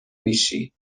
میشی